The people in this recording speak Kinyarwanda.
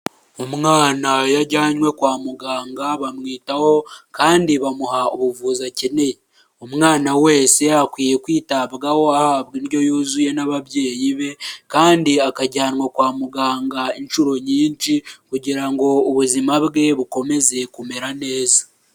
Umwana iyo ajyanywe kwa muganga bamwitaho kandi bamuha ubuvuzi akeneye, umwana wese akwiye kwitabwaho ahabwa indyo yuzuye n'ababyeyi be, kandi akajyanwa kwa muganga inshuro nyinshi kugira ngo ubuzima bwe bukomeze kumera neza.